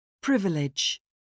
Privilege